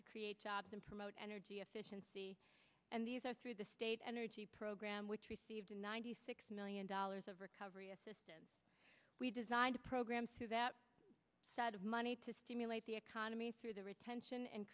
to create jobs and promote energy efficiency and these are through the state energy program which received ninety six million dollars of recovery assistance we designed a program to that money to stimulate the economy through the retention